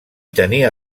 tenia